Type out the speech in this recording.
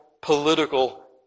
political